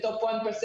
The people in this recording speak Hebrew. בטופ 1%,